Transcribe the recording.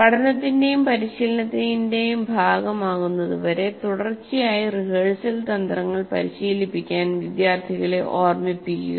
പഠനത്തിന്റെയും പഠനശീലത്തിന്റെയും ഭാഗമാകുന്നതുവരെ തുടർച്ചയായി റിഹേഴ്സൽ തന്ത്രങ്ങൾ പരിശീലിപ്പിക്കാൻ വിദ്യാർത്ഥികളെ ഓർമ്മിപ്പിക്കുക